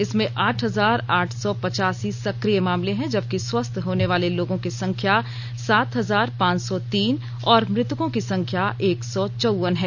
इसमें आठ हजार आठ सौ पचासी सक्रिय मामले हैं जबकि स्वस्थ होने वाले लोगों की संख्या सात हजार पांच सौ तीन और मृतकों की संख्या एक सौ चौवन है